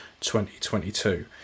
2022